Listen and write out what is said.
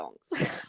songs